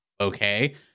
okay